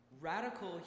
Radical